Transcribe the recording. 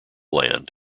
land